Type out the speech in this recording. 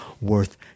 worth